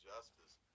Justice